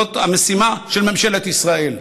זאת המשימה של ממשלת ישראל.